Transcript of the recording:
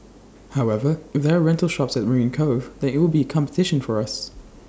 however if there are rental shops at marine Cove then IT would be competition for us